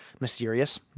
mysterious